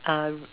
uh